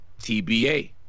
TBA